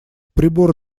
прибор